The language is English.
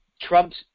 Trumps